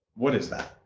what is that?